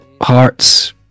hearts